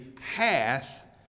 hath